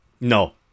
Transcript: No